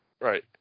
Right